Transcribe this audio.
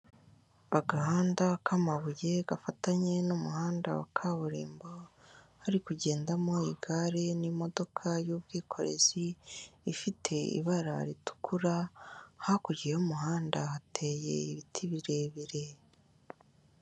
Agahanda k'amabuye gafatanye n'umuhanda wa kaburimbo hari kugendamo igare n'imodoka y'ubwikorezi ifite ibara ritukura hakurya y'umuhanda hateye ibiti birebire.